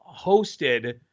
hosted